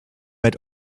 had